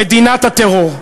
"מדינת הטרור",